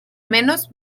menos